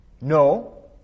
No